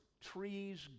Trees